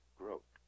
growth